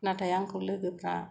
नाथाय आंखौ लोगोफोरा